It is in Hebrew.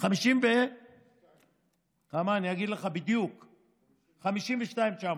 אני אגיד לך בדיוק כמה: 52,900